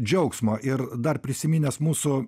džiaugsmo ir dar prisiminęs mūsų